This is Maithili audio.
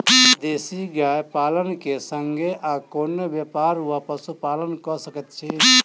देसी गाय पालन केँ संगे आ कोनों व्यापार वा पशुपालन कऽ सकैत छी?